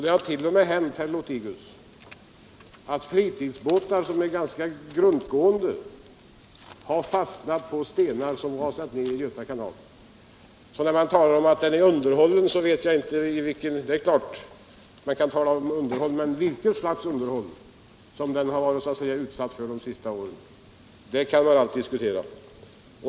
Det har t.o.m. hänt, herr Lothigius, att grundgående fritidsbåtar har fastnat på stenar som rasat ned i kanalen. Man kan givetvis tala om underhåll, men vilket slags underhåll kanalen varit utsatt för under de senaste åren kan man allt diskutera.